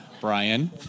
Brian